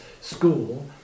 school